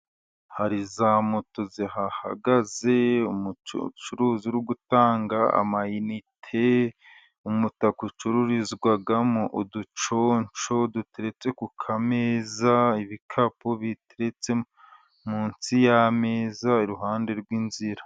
Hari za moto zihahagaze, umucuruzi uri gutanga amayinite, umutaka ucurururizwagamo uduconsho duteretse ku kameza, ibikapu biteretse munsi y'ameza iruhande rw'inzira.